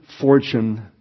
fortune